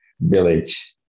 village